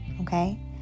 okay